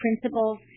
principles